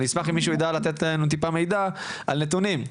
אני אשמח אם מישהו ידע לתת לנו טיפה מידע על נתונים.